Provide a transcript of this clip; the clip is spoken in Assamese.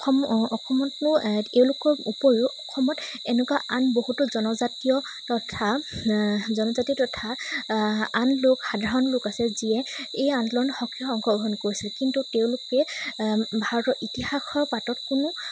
অসমত অসমতনো তেওঁলোকৰ উপৰিও অসমত এনেকুৱা আন বহুতো জনজাতীয় তথা জনজাতীয় তথা আন লোক সাধাৰণ লোক আছে যিয়ে এই আন্দোলনত অংশগ্ৰহণ কৰিছে কিন্তু তেওঁলোকে ভাৰতৰ ইতিহাসৰ পাতত কোনো